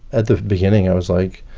at the beginning i was like,